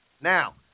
Now